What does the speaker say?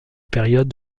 période